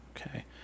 okay